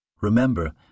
Remember